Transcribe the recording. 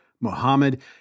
Mohammed